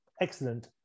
Excellent